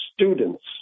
students